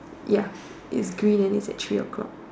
ya it's green and it's at three o'clock